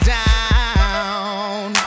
down